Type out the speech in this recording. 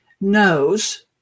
knows